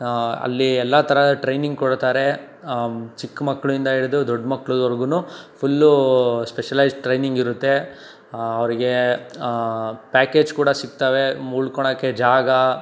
ಅಲ್ಲಿ ಎಲ್ಲ ಥರ ಟ್ರೈನಿಂಗ್ ಕೊಡ್ತಾರೆ ಚಿಕ್ಕ ಮಕ್ಕಳಿಂದ ಹಿಡಿದು ದೊಡ್ಡ ಮಕ್ಕಳವರೆಗುನೂ ಫುಲ್ಲು ಸ್ಪೆಶಲೈಜ್ ಟ್ರೈನಿಂಗ್ ಇರುತ್ತೆ ಅವ್ರಿಗೆ ಪ್ಯಾಕೇಜ್ ಕೂಡ ಸಿಕ್ತವೆ ಉಳ್ಕೊಳ್ಳೋಕ್ಕೇ ಜಾಗ